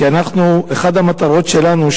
כי אחת המטרות שלנו,